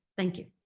thank you.